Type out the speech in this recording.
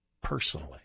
personally